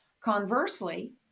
Conversely